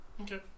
Okay